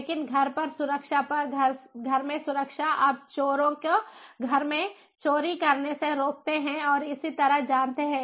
लेकिन घर पर सुरक्षा पर घर में सुरक्षा आप चोरों को घर में चोरी करने से रोकते हैं और इसी तरह जानते हैं